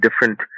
different